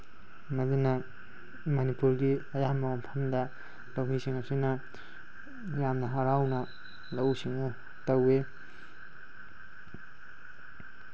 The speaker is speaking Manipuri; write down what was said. ꯃꯗꯨꯅ ꯃꯅꯤꯄꯨꯔꯒꯤ ꯑꯌꯥꯝꯕ ꯃꯐꯝꯗ ꯂꯧꯃꯤꯁꯤꯡ ꯑꯁꯤꯅ ꯌꯥꯝꯅ ꯍꯔꯥꯎꯅ ꯂꯧꯎ ꯁꯤꯡꯎ ꯇꯧꯋꯤ